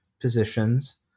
positions